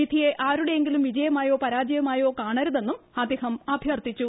വിധിയെ ആരുടെയെങ്കിലും വിജയമായോ പ്രാ്ജയമായോ കാണരുതെന്നും അദ്ദേഹം അഭ്യർത്ഥിച്ചു